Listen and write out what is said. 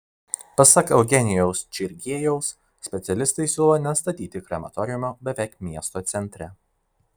pasak eugenijaus čigriejaus specialistai siūlo nestatyti krematoriumo beveik miesto centre